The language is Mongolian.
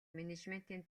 менежментийн